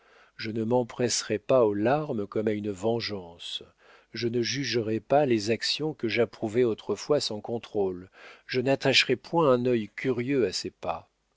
je ne m'empresserai pas aux larmes comme à une vengeance je ne jugerai pas les actions que j'approuvais autrefois sans contrôle je n'attacherai point un œil curieux à ses pas